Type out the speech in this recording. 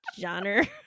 genre